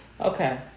okay